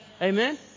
Amen